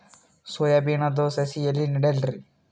Soya ಬಿನದು ಸಸಿ ಎಲ್ಲಿ ನೆಡಲಿರಿ?